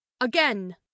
again